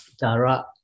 Dara